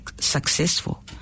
successful